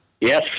Yes